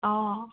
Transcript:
অঁ